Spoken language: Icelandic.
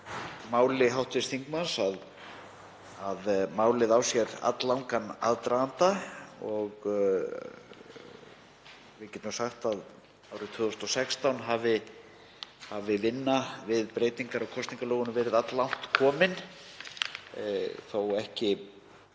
máli hv. þingmanns, að málið á sér alllangan aðdraganda. Við getum sagt að árið 2016 hafi vinna við breytingar á kosningalögunum verið alllangt komin þó að ekki